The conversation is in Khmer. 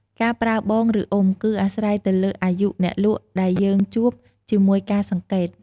ការប្រើ “បង” ឬ “អ៊ុំ” គឺអាស្រ័យទៅលើអាយុអ្នកលក់ដែលយើងជួប ជាមួយការសង្កេត។